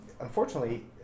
Unfortunately